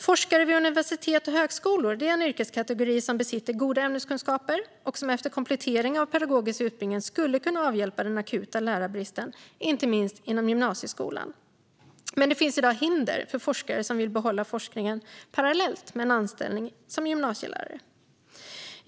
Forskare vid universitet och högskolor är en yrkeskategori som besitter goda ämneskunskaper och som efter komplettering av pedagogisk utbildning skulle kunna avhjälpa den akuta lärarbristen, inte minst inom gymnasieskolan. Men det finns i dag hinder för forskare som vill behålla forskningen parallellt med en anställning som gymnasielärare.